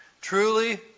Truly